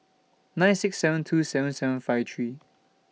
nine six seven two seven seven five three